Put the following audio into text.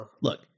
look